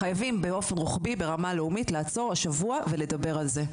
חייבים באופן רוחבי ברמה לאומית לעצור השבוע ולדבר על זה.